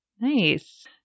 nice